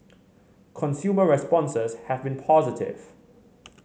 consumer responses have been positive